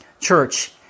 Church